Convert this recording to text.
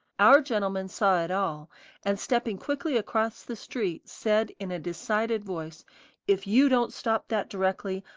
our gentleman saw it all, and stepping quickly across the street, said in a decided voice if you don't stop that directly,